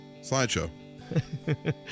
Slideshow